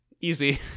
Easy